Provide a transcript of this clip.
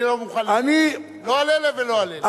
אני לא מוכן, לא על אלה ולא על אלה.